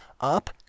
up